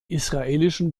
israelischen